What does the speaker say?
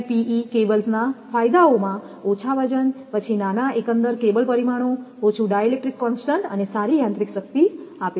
તેથી એક્સએલપીઇ કેબલ્સના ફાયદામાં ઓછા વજન પછી નાના એકંદર કેબલ પરિમાણો ઓછું ડાઇ ઇલેક્ટ્રિક કોન્સ્ટન્ટ અને સારી યાંત્રિક શક્તિ છે